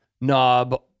knob